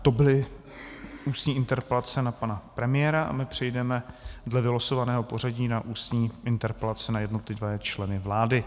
To byly ústní interpelace na pana premiéra a my přejdeme dle vylosovaného pořadí na ústní interpelace na jednotlivé členy vlády.